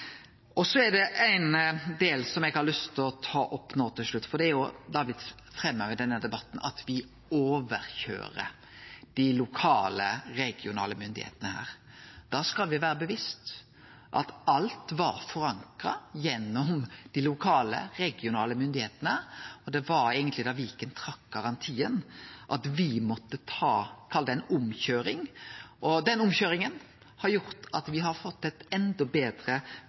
engasjement. Så er det ein del ting eg har lyst til å ta opp nå til slutt. Det er blitt framheva i denne debatten at me køyrer over dei lokale regionale myndigheitene her. Da skal me vere bevisste at alt var forankra gjennom dei lokale regionale myndigheitene. Det var da Viken trakk garantien, at me måtte ta kva me kan kalle ei omkøyring, og den omkøyringa har gjort at me har fått eit enda betre